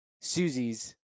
Susie's